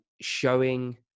showing